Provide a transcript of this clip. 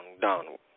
Donald